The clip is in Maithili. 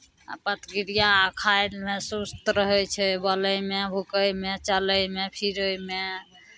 आ प्रतिक्रिया खायमे सुस्त रहै छै बोलयमे भुकयमे चलयमे फिरयमे